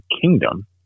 kingdom